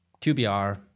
QBR